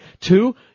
Two